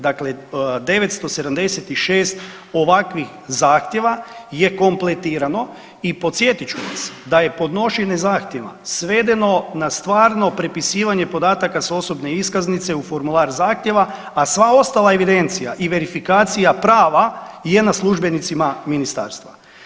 Dakle 976 ovakvih zahtjeva je kompletirano i podsjetit ću vam, da je podnošenje zahtjeva svedeno na stvarno prepisivanje podataka s osobne iskaznice u formular zahtjeva, a sva ostala evidencija i verifikacija prava je na službenicima Ministarstva.